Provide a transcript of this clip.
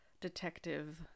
detective